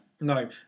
No